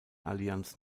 allianz